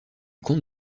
comte